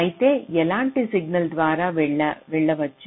అయితే ఎలాంటి సిగ్నల్ ద్వారా వెళ్ళవచ్చు